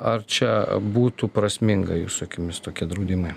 ar čia būtų prasminga jūsų akimis tokie draudimai